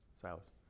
Silas